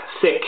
sick